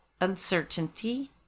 uncertainty